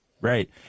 Right